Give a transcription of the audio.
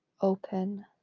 Open